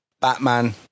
Batman